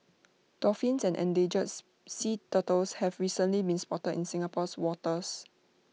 dolphins and endangers sea turtles have recently been spotted in Singapore's waters